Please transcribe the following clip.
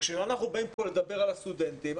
כשאנחנו באים פה לדבר על הסטודנטים,